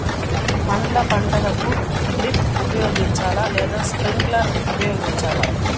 పండ్ల పంటలకు డ్రిప్ ఉపయోగించాలా లేదా స్ప్రింక్లర్ ఉపయోగించాలా?